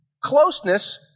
Closeness